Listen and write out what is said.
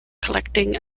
collecting